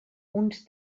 uns